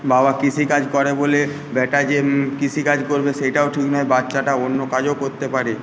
বাবা কৃষিকাজ করে বলে ব্যাটা যে কৃষিকাজ করবে সেটাও ঠিক নয় বাচ্চাটা অন্য কাজও করতে পারে